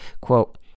Quote